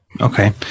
Okay